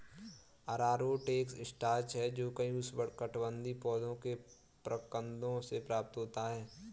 अरारोट एक स्टार्च है जो कई उष्णकटिबंधीय पौधों के प्रकंदों से प्राप्त होता है